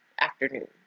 afternoon